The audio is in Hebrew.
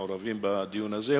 מעורבים בדיון הזה,